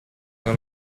non